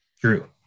True